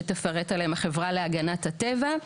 שתפרט עליהם החברה להגנת הטבע,